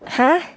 !huh!